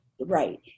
right